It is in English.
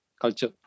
culture